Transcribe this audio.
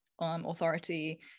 authority